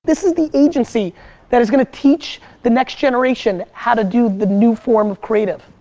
this is the agency that is gonna teach the next generation how to do the new form of creative.